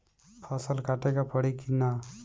फसल काटे के परी कि न?